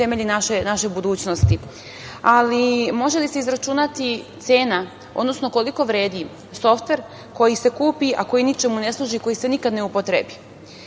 naše budućnosti. Može li se izračunati cena, odnosno koliko vredi softver koji se kupi, a koji ničemu ne služi, koji se nikada ne upotrebi,